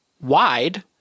wide